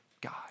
God